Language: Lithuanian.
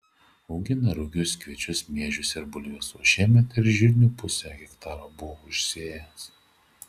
augina rugius kviečius miežius ir bulves o šiemet ir žirnių pusę hektaro buvo užsėjęs